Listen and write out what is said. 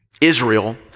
Israel